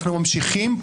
אנחנו ממשיכים,